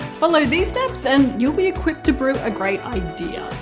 follow these steps and you'll be equipped to brew a great idea.